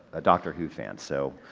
a doctor who fan, so,